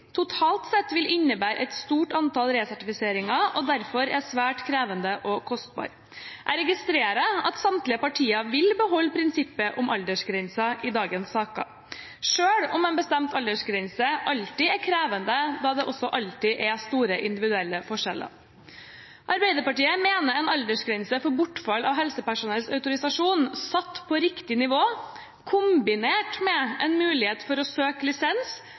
totalt sett vil innebære et stort antall resertifiseringer og derfor være svært krevende og kostbar. Jeg registrerer at samtlige partier i dagens saker vil beholde prinsippet om aldersgrense, selv om en bestemt aldersgrense alltid er krevende, da det alltid er store individuelle forskjeller. Arbeiderpartiet mener en aldersgrense for bortfall av helsepersonells autorisasjon satt på riktig nivå, kombinert med en mulighet for å søke lisens